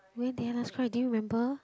when did I last cry do you remember